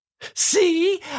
See